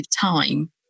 time